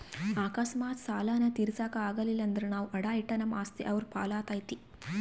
ಅಕಸ್ಮಾತ್ ಸಾಲಾನ ತೀರ್ಸಾಕ ಆಗಲಿಲ್ದ್ರ ನಾವು ಅಡಾ ಇಟ್ಟ ನಮ್ ಆಸ್ತಿ ಅವ್ರ್ ಪಾಲಾತತೆ